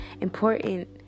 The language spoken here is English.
important